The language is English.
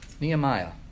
Nehemiah